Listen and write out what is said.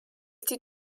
die